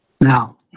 Now